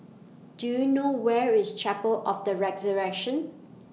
Do YOU know Where IS Chapel of The Resurrection